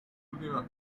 últimas